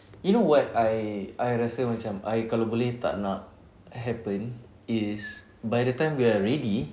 you know what I I rasa macam kalau I boleh tak nak happen is by the time we are ready